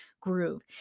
groove